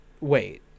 wait